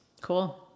Cool